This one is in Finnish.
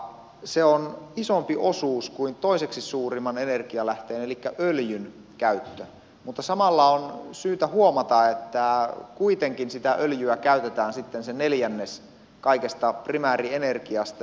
se on isompi osuus kuin toiseksi suurimman energialähteen elikkä öljyn käyttö mutta samalla on syytä huomata että kuitenkin öljyä käytetään se neljännes kaikesta primäärienergiasta